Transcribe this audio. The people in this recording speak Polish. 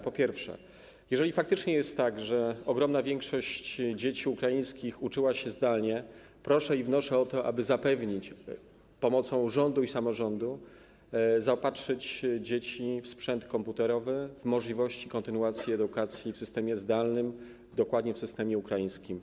Po pierwsze, jeżeli faktycznie jest tak, że ogromna większość dzieci ukraińskich uczyła się zdalnie, proszę i wnoszę o to, aby zapewnić, by - z pomocą rządu i samorządu - zaopatrzyć dzieci w sprzęt komputerowy, dać możliwość kontynuacji edukacji w systemie zdalnym, a dokładnie - w systemie ukraińskim.